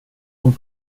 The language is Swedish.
hon